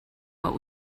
what